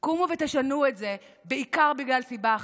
קומו ותשנו את זה בעיקר בגלל סיבה אחת,